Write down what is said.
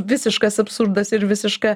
visiškas absurdas ir visiška